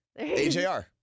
AJR